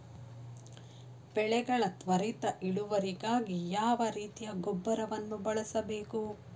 ಬೆಳೆಗಳ ತ್ವರಿತ ಇಳುವರಿಗಾಗಿ ಯಾವ ರೀತಿಯ ಗೊಬ್ಬರವನ್ನು ಬಳಸಬೇಕು?